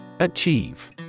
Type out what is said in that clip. Achieve